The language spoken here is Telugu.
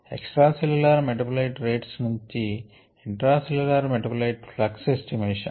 ఎక్స్ట్రా సెల్ల్యులార్ మెటాబోలైట్ రేట్స్ నుంచి intra cellular metabolite flux estimation